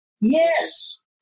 Yes